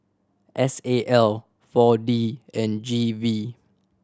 S A L Four D and G V